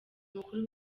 mukuru